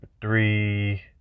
three